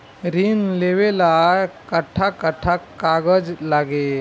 ऋण लेवेला कट्ठा कट्ठा कागज लागी?